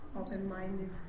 open-minded